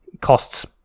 costs